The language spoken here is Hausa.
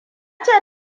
ce